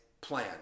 plan